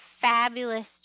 fabulous